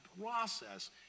process